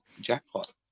jackpot